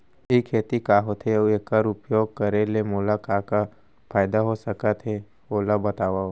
ई खेती का होथे, अऊ एखर उपयोग करे ले मोला का का फायदा हो सकत हे ओला बतावव?